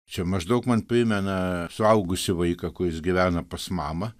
čia maždaug man primena suaugusį vaiką kuris gyvena pas mamą